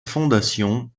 fondation